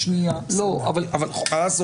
שמעת.